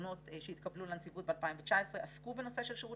מהתלונות שהתקבלו בנציבות ב-2019 עסקו נושא של שירות